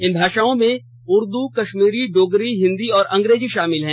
इन भाषाओं में उर्दू कश्मीरी डोगरी हिंदी और अंग्रेजी शामिल हैं